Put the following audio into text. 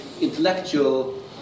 intellectual